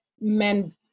men